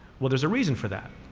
well there's a reason for that.